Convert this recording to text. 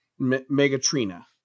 megatrina